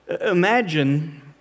Imagine